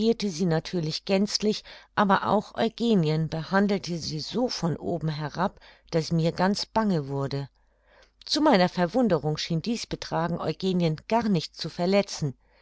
natürlich gänzlich aber auch eugenien behandelte sie so von oben herab daß mir ganz bange wurde zu meiner verwunderung schien dies betragen eugenien gar nicht zu verletzen